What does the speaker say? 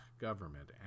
government